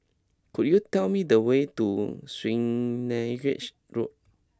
could you tell me the way to Swanage Road